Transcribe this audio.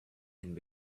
and